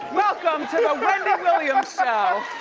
welcome to the wendy williams